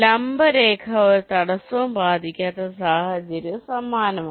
ലംബ രേഖ ഒരു തടസ്സവും ബാധിക്കാത്ത സാഹചര്യവും സമാനമാണ്